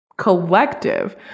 Collective